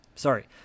Sorry